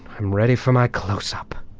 i'm ready for my close-up,